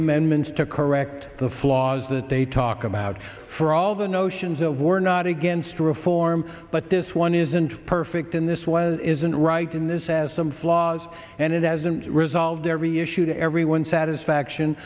amendments to correct the flaws that they talk about for all the notions of war not against reform but this one isn't perfect in this was isn't right in this as some flaws and it hasn't resolved every issue to everyone's satisfaction